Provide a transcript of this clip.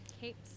capes